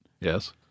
Yes